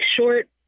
short